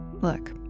Look